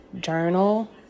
journal